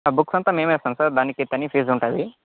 books అంతా మేమే ఇస్తాం సార్ దానికి పెనీ ఫీజు ఉంటుంది